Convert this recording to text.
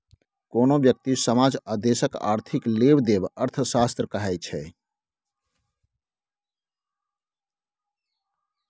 कोनो ब्यक्ति, समाज आ देशक आर्थिक लेबदेब अर्थशास्त्र कहाइ छै